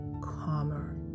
calmer